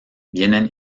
vienen